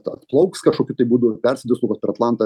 atplauks kažkokiu tai būdu persidislokuos per atlantą